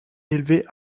élevé